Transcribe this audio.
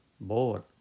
bored